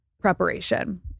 preparation